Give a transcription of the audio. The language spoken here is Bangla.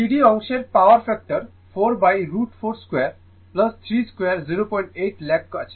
cd অংশের পাওয়ার ফ্যাক্টর 4√4 2 3 2 08 ল্যাগ করে আছে